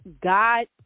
God